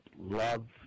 love